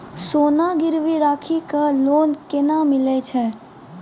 सोना गिरवी राखी कऽ लोन केना मिलै छै?